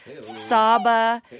Saba